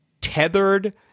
tethered